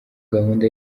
gahunda